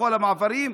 בכל המעברים,